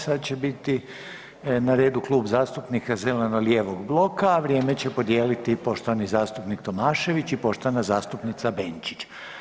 Sad će biti na redu Klub zastupnika zeleno-lijevog bloka, a vrijeme će podijeliti poštovani zastupnik Tomašević i poštovana zastupnica Benčić.